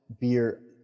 beer